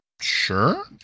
Sure